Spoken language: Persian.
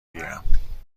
گیرم